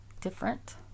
different